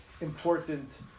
important